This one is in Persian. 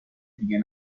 دیگه